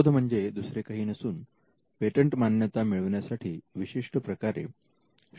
शोध म्हणजे दुसरे काही नसून पेटंट मान्यता मिळविण्या साठी विशिष्ट प्रकारे शोधांचे प्रकटीकरण करणे होय